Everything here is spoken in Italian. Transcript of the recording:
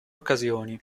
occasioni